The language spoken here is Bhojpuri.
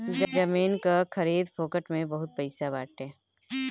जमीन कअ खरीद फोक्त में बहुते पईसा बाटे